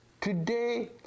Today